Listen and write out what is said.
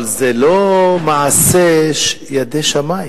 אבל זה לא מעשה ידי שמים.